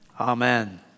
Amen